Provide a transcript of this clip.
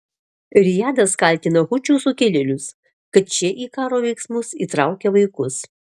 rijadas kaltina hučių sukilėlius kad šie į karo veiksmus įtraukia vaikus